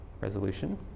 resolution